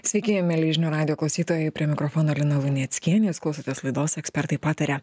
sveiki mieli žinių radijo klausytojai prie mikrofono lina luneckienė jūs klausotės laidos ekspertai pataria